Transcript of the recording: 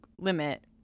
limit